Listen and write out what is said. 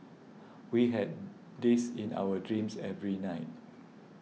we had this in our dreams every night